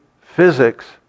physics